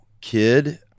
kid